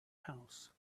house